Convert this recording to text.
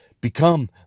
Become